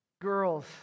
Girls